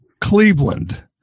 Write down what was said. Cleveland